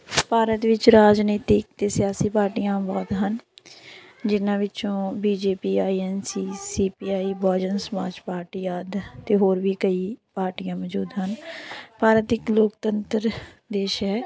ਭਾਰਤ ਵਿੱਚ ਰਾਜਨੀਤੀ ਅਤੇ ਸਿਆਸੀ ਪਾਰਟੀਆਂ ਬਹੁਤ ਹਨ ਜਿਨ੍ਹਾਂ ਵਿੱਚੋਂ B J P I N C C P I Bahujan Samaj party ਆਦਿ ਅਤੇ ਹੋਰ ਵੀ ਕਈ ਪਾਰਟੀਆਂ ਮੌਜੂਦ ਹਨ ਭਾਰਤ ਇੱਕ ਲੋਕਤੰਤਰ ਦੇਸ਼ ਹੈ